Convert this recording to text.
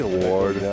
Award